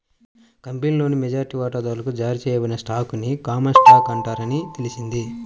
కంపెనీలోని మెజారిటీ వాటాదారులకు జారీ చేయబడిన స్టాక్ ని కామన్ స్టాక్ అంటారని తెలిసింది